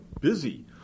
busy